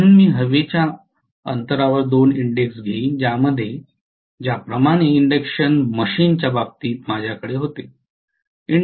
म्हणून मी हवेच्या अंतरावर दोन इंडेक्स घेईन ज्याप्रमाणे इंडक्शन मशीनच्या बाबतीतही माझ्याकडे होते